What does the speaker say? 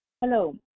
Hello